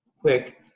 quick